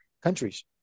countries